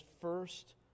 first